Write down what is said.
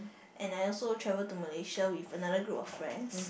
and I also traveled to Malaysia with another group of friends